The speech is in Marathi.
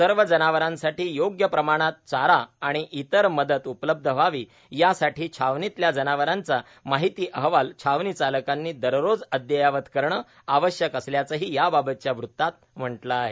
सर्व जनावरांसाठी योग्य प्रमाणात चारा आणि इतर मदत उपलब्ध व्हावी यासाठी छावणीतल्या जनावरांचा माहिती अहवाल छावणीचालकांनी दररोज अद्ययावत करणं आवश्यक असल्याचंही याबाबतच्या वृत्तात म्हटलं आहे